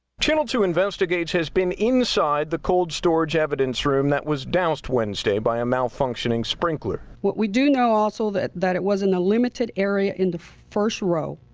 channel two investigates has been inside the cold storage evidence room that was doused wednesday by a malfunctioning sprinkler. what we do know, that that it was in a limited area in the first row